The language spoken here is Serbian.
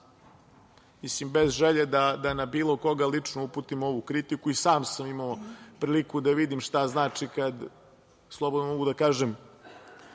Mislim, bez želje da na bilo koga lično uputim ovu kritiku i sam sam imao priliku da vidim šta znači kad, slobodno mogu da kažem,